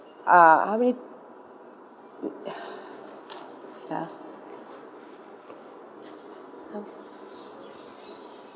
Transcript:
err how many